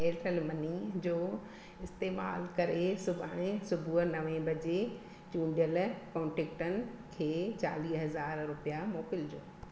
Airtel money जो इस्तेमालु करे सुभाणे सुबूहु नवे बजे चूंडियलु कॉन्टेक्टनि खे चालीह हज़ार रुपया मोकिलिजो